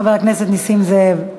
חבר הכנסת נסים זאב.